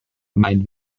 mein